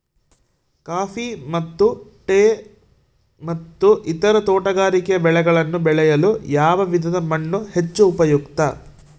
Coffee ಮತ್ತು tea ಮತ್ತು ಇತರ ತೋಟಗಾರಿಕೆ ಬೆಳೆಗಳನ್ನು ಬೆಳೆಯಲು ಯಾವ ವಿಧದ ಮಣ್ಣು ಹೆಚ್ಚು ಉಪಯುಕ್ತ?